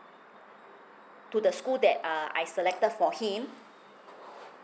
to the school that uh I selected for him